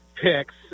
picks